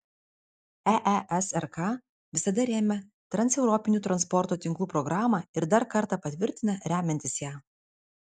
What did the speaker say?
eesrk visada rėmė transeuropinių transporto tinklų programą ir dar kartą patvirtina remiantis ją